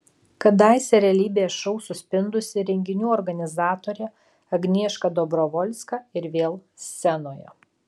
kadaise realybės šou suspindusi renginių organizatorė agnieška dobrovolska ir vėl scenoje